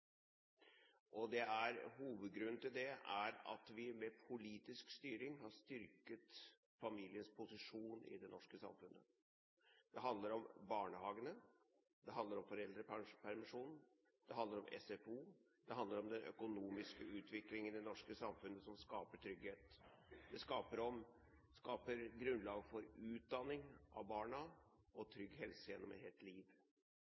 Hovedgrunnen til det er at vi med politisk styring har styrket familiens posisjon i det norske samfunnet. Det handler om barnehagene, det handler om foreldrepermisjonen, det handler om SFO, det handler om den økonomiske utviklingen i det norske samfunnet som skaper trygghet. Det skaper grunnlag for utdanning av barna og trygg helse gjennom et helt liv.